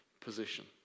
position